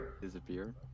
disappear